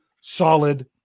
solid